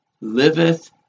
liveth